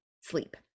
sleep